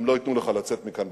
הם לא ייתנו לך לצאת מפה בחיים.